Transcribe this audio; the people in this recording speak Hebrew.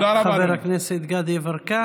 תודה רבה, חבר הכנסת גדי יברקן.